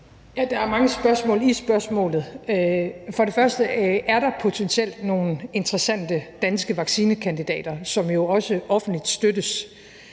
Der er mange spørgsmål i spørgsmålet. For det første er der potentielt nogle interessante danske vaccinekandidater, som jo også støttes